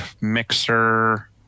Mixer